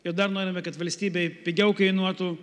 ir dar norime kad valstybei pigiau kainuotų